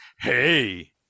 Hey